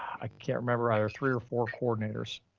i can't remember i, our three or four coordinators,